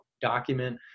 document